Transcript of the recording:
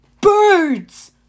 Birds